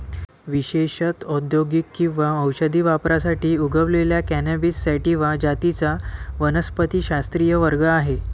विशेषत औद्योगिक किंवा औषधी वापरासाठी उगवलेल्या कॅनॅबिस सॅटिवा जातींचा वनस्पतिशास्त्रीय वर्ग आहे